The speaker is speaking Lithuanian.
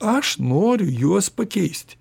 aš noriu juos pakeisti